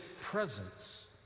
presence